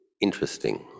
interesting